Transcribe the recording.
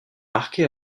marqué